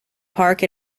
park